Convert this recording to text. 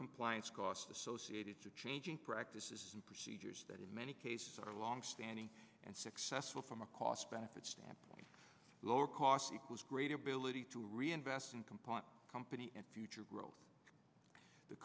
compliance costs associated to changing practices and procedures that in many cases are longstanding and successful from a cost benefit stamp a lower cost equals greater ability to reinvest in component company and future growth the